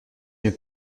une